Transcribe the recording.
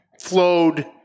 flowed